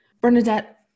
Bernadette